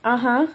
(uh huh)